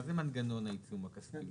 מה זה מנגנון העיצום הכספי?